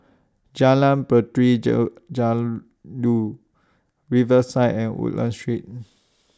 Jalan Puteri Riverside and Woodlands Street